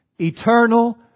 Eternal